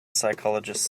psychologist